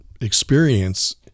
experience